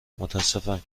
متأسفم